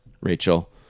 Rachel